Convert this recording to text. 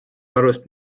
alust